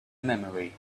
memory